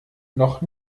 noch